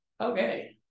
Okay